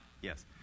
Yes